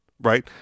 right